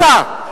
אתה, אתה.